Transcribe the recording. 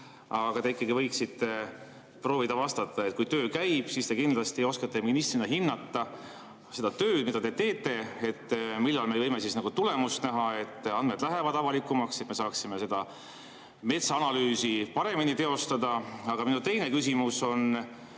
Aga te ikkagi võiksite proovida vastata. Kui töö käib, siis te kindlasti oskate ministrina hinnata seda tööd, mida te teete, ja öelda, millal me võime tulemust näha, et andmed lähevad avalikumaks, et me saaksime seda metsaanalüüsi paremini teostada. Aga minu teine küsimus.